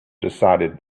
decided